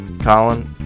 Colin